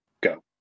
go